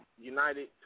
United